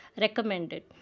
recommended